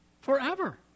forever